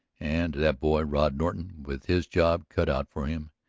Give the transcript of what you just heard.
and that boy, rod norton, with his job cut out for him,